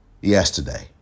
yesterday